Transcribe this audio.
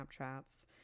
Snapchats